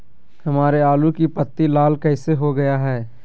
हमारे आलू की पत्ती लाल कैसे हो गया है?